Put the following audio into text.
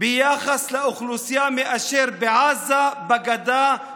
ביחס לאוכלוסייה מאשר בעזה,